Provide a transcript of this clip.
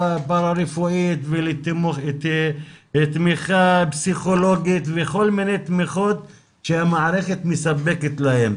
פרה רפואית ולתמיכה פסיכולוגית וכל מיני תמיכות שהמערכת מספקת להם.